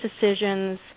decisions